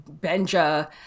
Benja